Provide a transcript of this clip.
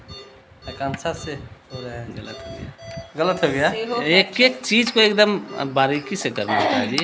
वर्तमान युग मे खाता संख्या सं धोखाधड़ी के आशंका सेहो रहै छै